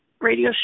radio